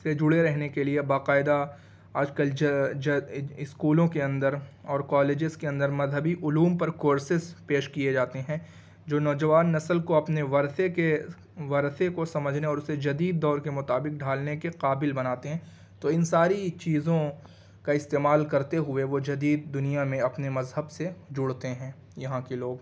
سے جڑے رہنے کے لیے باقاعدہ آج کل جا جا اسکولوں کے اندر اور کالیجز کے اندر مذہبی علوم پر کورسیز پیش کیے جاتے ہیں جو نوجوان نسل کو اپنے ورثے کے ورثے کو سمجھنے اور اسے جدید دور کے مطابق ڈھالنے کے قابل بناتے ہیں تو ان ساری چیزوں کا استعمال کرتے ہوئے وہ جدید دنیا میں اپنے مذہب سے جڑتے ہیں یہاں کے لوگ